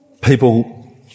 people